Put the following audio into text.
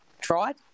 tried